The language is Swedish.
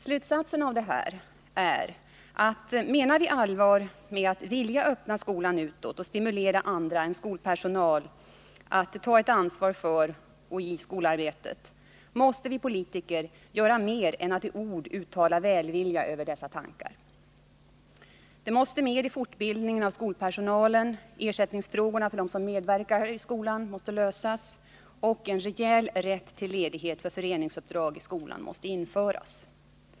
Slutsatsen av detta är att menar vi allvar med att vilja öppna skolan utåt och stimulera andra än skolpersonalen att ta ett ansvar för och i skolarbetet, måste vi politiker göra mer än att i ord uttala välvilja över dessa tankar. Detta måste med i fortbildningen av skolpersonalen. Ersättningsfrågorna för dem som medverkar i skolan måste lösas. Och en rejäl rätt till ledighet för föreningsuppdrag i skolan måste införas.